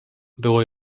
było